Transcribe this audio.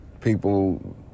people